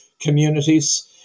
communities